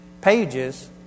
pages